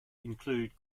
include